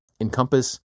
encompass